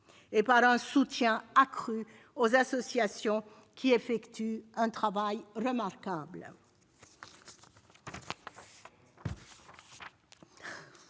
et par un soutien accru aux associations, qui effectuent un travail remarquable.